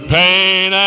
pain